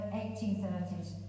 1830s